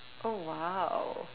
oh !wow!